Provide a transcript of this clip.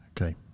Okay